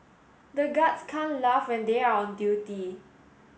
the guards can't laugh when they are on duty